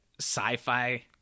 sci-fi